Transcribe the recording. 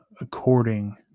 according